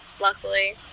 luckily